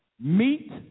meet